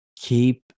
keep